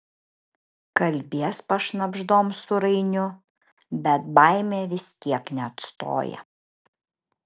kalbies pašnabždom su rainiu bet baimė vis tiek neatstoja